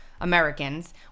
Americans